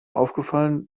aufgefallen